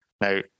Now